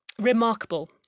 remarkable